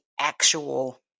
actual